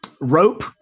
rope